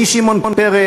משמעון פרס,